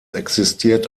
existiert